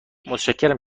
متشکرم